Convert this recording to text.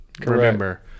Remember